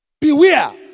Beware